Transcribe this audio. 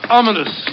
ominous